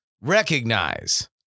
recognize